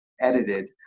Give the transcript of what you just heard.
edited